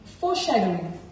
foreshadowing